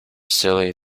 silly